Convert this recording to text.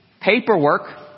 paperwork